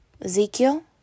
Ezekiel